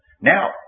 Now